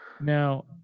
now